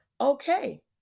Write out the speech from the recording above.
okay